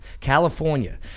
California